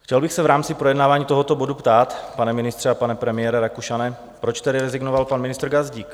Chtěl bych se v rámci projednávání tohoto bodu ptát, pane ministře a pane premiére Rakušane, proč tedy rezignoval pan ministr Gazdík?